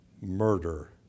murder